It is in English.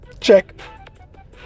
Check